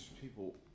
People